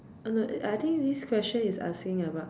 oh no uh I think this question is asking about